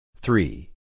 Three